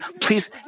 Please